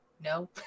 no